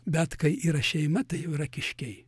bet kai yra šeima tai jau yra kiškiai